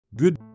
Good